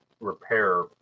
repair